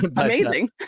Amazing